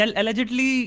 allegedly